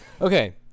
Okay